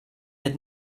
had